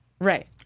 right